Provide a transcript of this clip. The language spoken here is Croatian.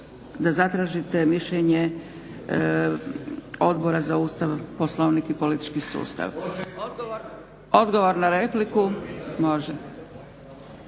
da zatražite mišljenje Odbora za Ustav, Poslovnik i politički sustav. Odgovor na repliku.